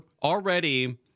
Already